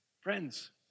Friends